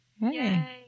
Yay